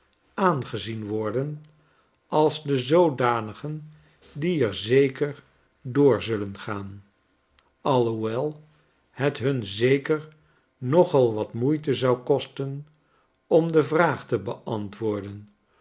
aangezien worden als de zoodanigen die er zeker door zullen gaan alhoewel het hun zeker nogal wat moeite zou kosten om de vraag te beantwoorden